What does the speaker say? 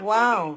Wow